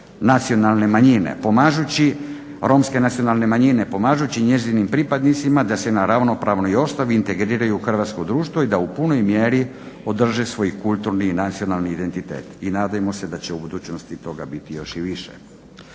podržava afirmaciju romske nacionalne manjine pomažući njezinim pripadnicima da se na ravnopravnoj osnovi integriraju u hrvatsko društvo i da u punoj mjeri održe svoj kulturni i nacionalni identitet. I nadajmo se da će u budućnosti toga biti još i više.